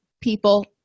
people